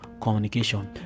communication